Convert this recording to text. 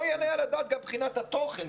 לא יעלה על הדעת גם מבחינת התוכן.